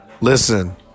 Listen